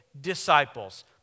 disciples